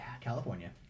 California